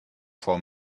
for